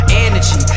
energy